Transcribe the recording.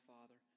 Father